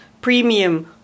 premium